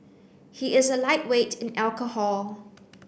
he is a lightweight in alcohol